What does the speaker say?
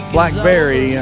Blackberry